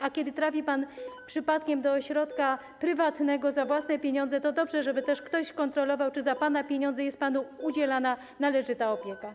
A kiedy trafi pan przypadkiem do ośrodka prywatnego, za własne pieniądze, to dobrze, żeby też ktoś kontrolował, czy za pana pieniądze jest panu udzielana należyta opieka.